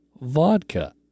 vodka